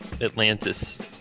Atlantis